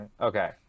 Okay